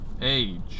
Age